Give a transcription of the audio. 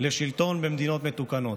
לשלטון במדינות מתוקנות.